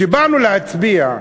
כשבאנו להצביע,